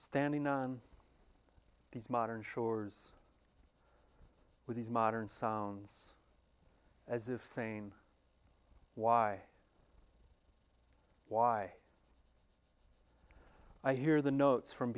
standing on these modern shores with these modern songs as if saying why why i hear the notes from